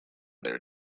their